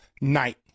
night